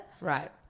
Right